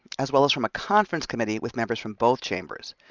as well as from a conference committee with members from both chambers.